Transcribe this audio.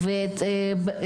בפינלנד,